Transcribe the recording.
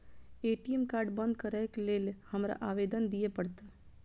ATM card बंद करैक लेल हमरा आवेदन दिय पड़त?